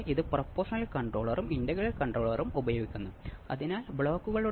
അപ്പോൾ എന്താണ് Wien bridge ഓസിലേറ്ററുകൾ